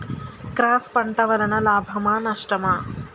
Cross పంట వలన లాభమా నష్టమా?